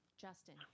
Justin